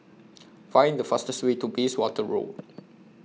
Find The fastest Way to Bayswater Road